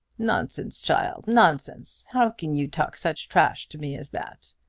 nonsense, child nonsense! how can you talk such trash to me as that?